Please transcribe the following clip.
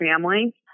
family